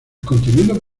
contenido